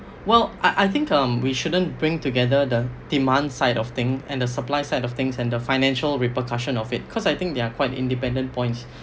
well I I think um we shouldn't bring together the demand side of things and the supply side of things and the financial repercussion of it cause I think they are quite independent points